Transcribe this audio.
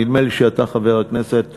נדמה לי שאתה, חבר הכנסת סוייד,